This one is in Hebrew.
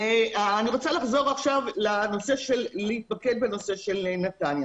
אני רוצה להתמקד עכשיו בנושא של נתניה.